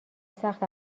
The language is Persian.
سخت